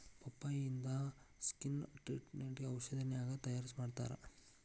ಪಪ್ಪಾಯಿಕಾಯಿಂದ skin ಟ್ರಿಟ್ಮೇಟ್ಗ ಔಷಧಿಯನ್ನಾಗಿ ತಯಾರಮಾಡತ್ತಾರ